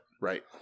Right